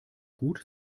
gut